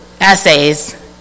essays